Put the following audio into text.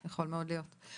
יכול מאוד להיות.